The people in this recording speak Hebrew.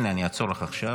הינה, אני אעצור לך עכשיו.